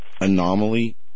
anomaly